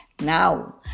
Now